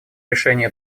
решения